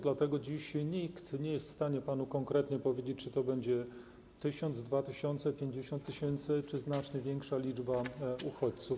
Dlatego dziś nikt nie jest w stanie panu konkretnie powiedzieć, czy to będzie 1 tys., 2 tys., 50 tys. czy znacznie większa liczba uchodźców.